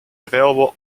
available